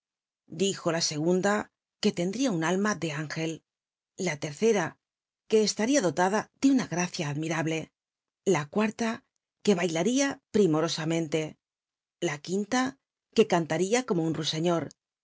españa la segunda qu l tcndria un alma de ángel la te rcer que estaria dolada de una gracia admirable la cuarta que bailaba primorosamente la quinta que canlaria como un rn